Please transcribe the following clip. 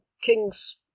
King's